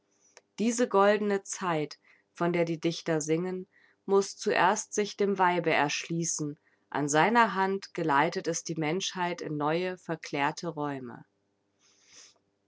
diese goldene zeit von der die dichter singen muß zuerst sich dem weibe erschließen an seiner hand geleitet es die menschheit in neue verklärte räume